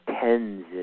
tens